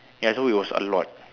ya so it was a lot